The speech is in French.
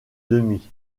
demie